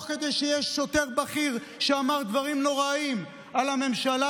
תוך כדי שיש שוטר בכיר שאמר דברים נוראיים על הממשלה.